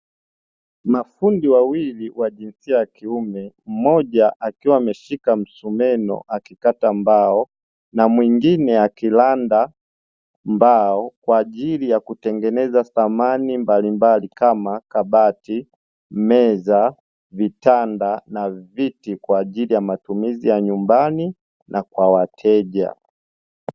Mafundi wawili wa jinsia ya kiume mmoja akiwa ameshika msumeno akikata mbao na mwingine akiranda mbao kwa ajili ya kutengeneza samani mbalimbali kama: kabati, meza ,vitanga na viti kwa ajili ya matumizi ya nyumbani na kwa wateja.